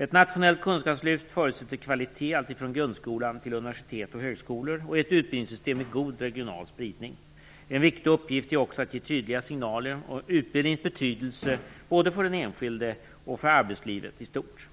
Ett nationellt kunskapslyft förutsätter kvalitet alltifrån grundskola till universitet och högskolor och ett utbildningssystem med god regional spridning. En viktig uppgift är också att ge tydliga signaler om utbildningens betydelse både för den enskilde och för arbetslivet i stort.